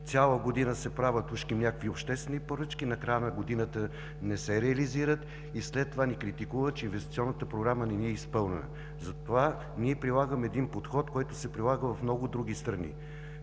цяла година се правят ужким някакви обществени поръчки, на края на годината не се реализират и след това ни критикуват, че Инвестиционната програма не ни е изпълнена. Затова ние прилагаме един подход, който се прилага в много други страни